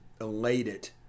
elated